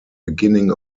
beginning